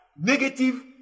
negative